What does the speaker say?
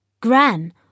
Gran